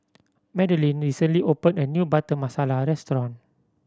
Madeleine recently opened a new Butter Masala restaurant